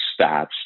stats